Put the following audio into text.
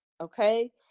okay